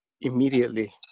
immediately